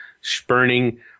Spurning